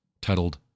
titled